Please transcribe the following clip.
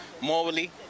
morally